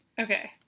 Okay